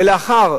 ולאחר